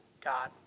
God